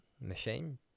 machine